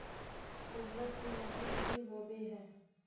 उर्वरक के मतलब की होबे है?